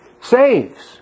saves